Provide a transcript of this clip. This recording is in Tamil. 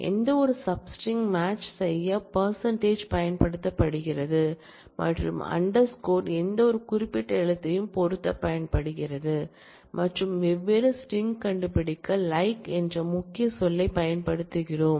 எந்தவொரு சப் ஸ்ட்ரிங் மேட்ச் செய்ய பெர்ஸன்டேஜ் பயன்படுத்தப்படுகிறது மற்றும் எந்தவொரு குறிப்பிட்ட எழுத்தையும் பொருத்த பயன்படுகிறது மற்றும் வெவ்வேறு ஸ்ட்ரிங் கண்டுபிடிக்க LIKE என்ற முக்கிய சொல்லைப் பயன்படுத்துகிறோம்